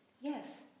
Yes